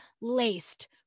laced